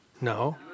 No